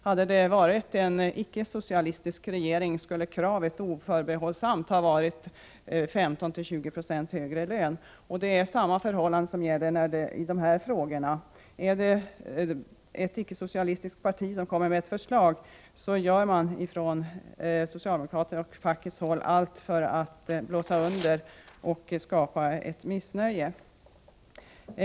Hade det varit en icke-socialistisk regering, skulle kravet oförbehållsamt ha varit 15-20 96 högre lön. Det är samma förhållande som gäller i dessa frågor. Är det ett ickesocialistiskt parti som kommer med ett förslag, gör man från socialdemokratiskt och fackligt håll allt för att skapa och blåsa under ett missnöje.